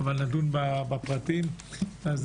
אבל נדון בפרטים.